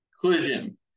Collision